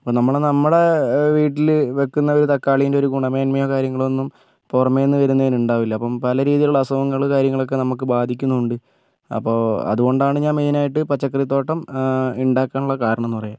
അപ്പം നമ്മള് നമ്മുടെ വീട്ടില് വയ്ക്കുന്ന ഒരു തക്കാളിൻ്റെ ഒരു ഗുണമേന്മയോ കാര്യങ്ങളോ ഒന്നും പുറമേ നിന്ന് വരുന്നതിനു ഉണ്ടാകില്ല അപ്പം പല രീതിയിലുള്ള അസുഖങ്ങളും കാര്യങ്ങളൊക്കെ നമുക്ക് ബാധിക്കുന്നുണ്ട് അപ്പോൾ അതുകൊണ്ടാണ് ഞാൻ മെയിൻ ആയിട്ട് പച്ചക്കറി തോട്ടം ഉണ്ടാക്കാനുള്ള കാരണം എന്ന് പറഞ്ഞാൽ